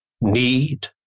need